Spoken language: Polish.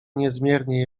niezmiernie